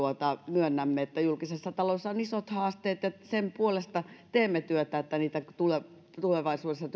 myönnämme että julkisessa taloudessa on isot haasteet sen puolesta teemme työtä että työpaikkoja tulevaisuudessa